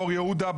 אור יהודה,